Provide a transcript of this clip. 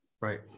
Right